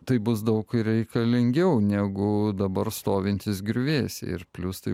tai bus daug reikalingiau negu dabar stovintys griuvėsiai ir plius tai